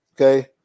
okay